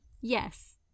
Yes